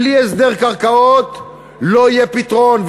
בלי הסדר קרקעות לא יהיה פתרון.